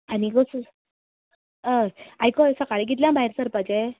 आनी गो तूं आयकय सकाळी कितल्यांक भायर सरपाचे